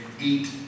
eat